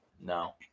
No